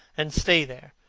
and stay there,